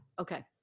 okay